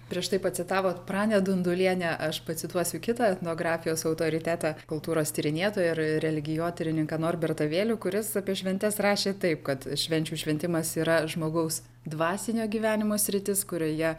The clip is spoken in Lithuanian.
prieš tai pacitavot pranę dundulienę aš pacituosiu kitą etnografijos autoritetą kultūros tyrinėtoją ir religijotyrininką norbertą vėlių kuris apie šventes rašė taip kad švenčių šventimas yra žmogaus dvasinio gyvenimo sritis kurioje